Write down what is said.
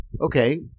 Okay